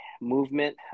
movement